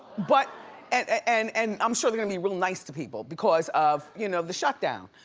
but and and and i'm sure they're gonna be real nice to people because of you know the shut down.